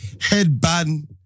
headband